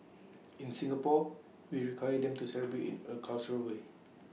in Singapore we require them to celebrate in A cultural way